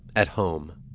at home,